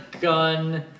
gun